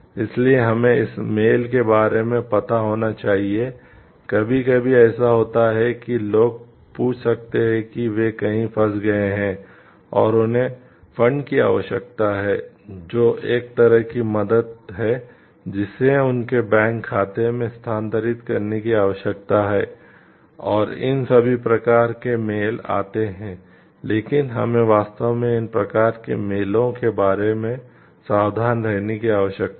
इसलिए हमें इस मेल के बारे में सावधान रहने की आवश्यकता है